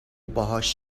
باهاش